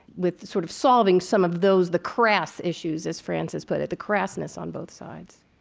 with sort of solving some of those, the crass issues, as frances put it, the crassness on both sides?